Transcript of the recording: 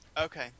okay